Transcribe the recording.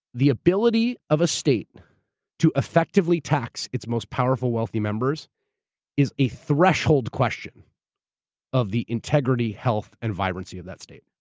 the ability of a state to effectively tax its most powerful wealthy members is a threshold question of the integrity, health, and vibrancy of that state.